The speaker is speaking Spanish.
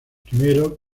primero